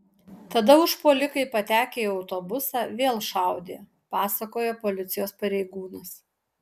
tada užpuolikai patekę į autobusą vėl šaudė pasakojo policijos pareigūnas